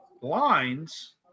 lines